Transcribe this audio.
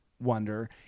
wonder